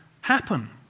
happen